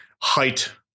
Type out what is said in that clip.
height